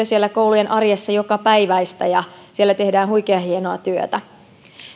siellä koulujen arjessa jokapäiväistä ja siellä tehdään huikean hienoa työtä